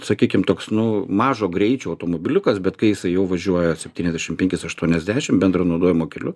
sakykim toks nu mažo greičio automobiliukas bet kai jisai jau važiuoja septyniasdešimt penkis aštuoniasdešimt bendro naudojimo keliu